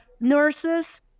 nurses